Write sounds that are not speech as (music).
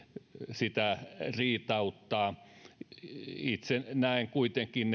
sitä riitauttaa itse näen kuitenkin (unintelligible)